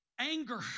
Anger